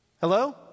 Hello